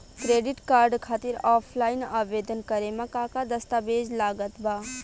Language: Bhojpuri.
क्रेडिट कार्ड खातिर ऑफलाइन आवेदन करे म का का दस्तवेज लागत बा?